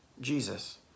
Jesus